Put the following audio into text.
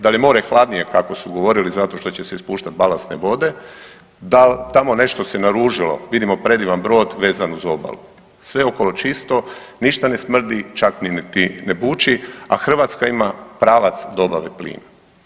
Da li je more hladnije, kako su govorili, zato što će ispuštati balastne vode, da tamo nešto se naružilo, vidimo predivan brod vezan uz obalu, sve je okolo čisto, ništa ne smrdi, čak niti ne buči, a Hrvatska ima pravac dobave plina.